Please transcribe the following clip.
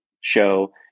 show